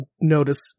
notice